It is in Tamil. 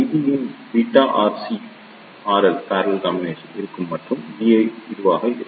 பியின் பீட்டா RC || RL இருக்கும் மற்றும் Vi இதுவாக இருக்கும்